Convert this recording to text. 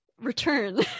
return